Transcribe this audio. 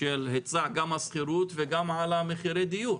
גם של היצע השכירות וגם על מחירי הידור,